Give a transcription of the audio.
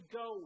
go